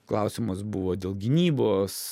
klausimas buvo dėl gynybos